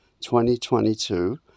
2022